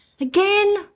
again